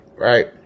Right